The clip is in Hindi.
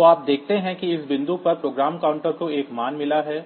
तो आप देखते हैं कि इस बिंदु पर प्रोग्राम काउंटर को एक मान मिला है